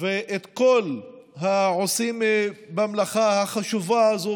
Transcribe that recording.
ואת כל העושים במלאכה החשובה הזאת,